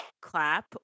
clap